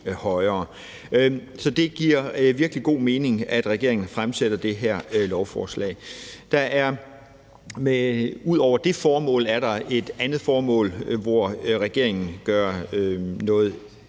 Så det giver virkelig god mening, at regeringen fremsætter det her lovforslag. Der er ud over det formål et andet formål, hvor regeringen sikrer en ændring,